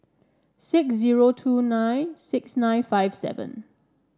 six zero two nine six nine five seven